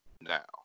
now